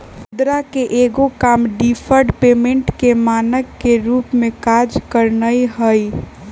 मुद्रा के एगो काम डिफर्ड पेमेंट के मानक के रूप में काज करनाइ हइ